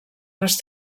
les